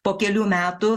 po kelių metų